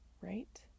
right